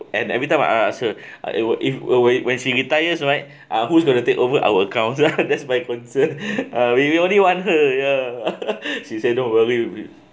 and every time I ask her I will if when when she retires right uh who's gonna take over our accounts lah that's my concern uh we only want her ya she say don't worry with